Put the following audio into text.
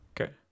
okay